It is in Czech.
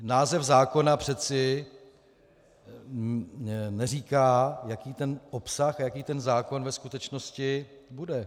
Název zákona přeci neříká, jaký ten obsah a jaký ten zákon ve skutečnosti bude.